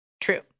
true